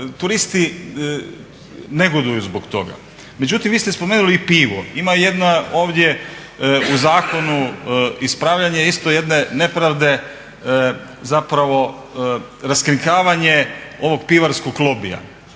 Turisti negoduju zbog toga. Međutim, vi ste spomenuli i pivo. Ima jedna ovdje u zakonu ispravljanje isto jedne nepravde zapravo raskrinkavanje ovog pivarskog lobija,